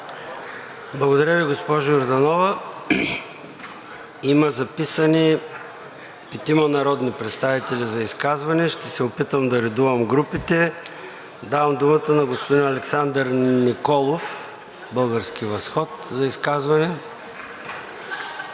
Благодаря Ви, госпожо Йорданова. Има записани петима народни представители за изказване. Ще се опитам да редувам групите. Давам думата на господин Александър Николов от „Български възход“ за изказване.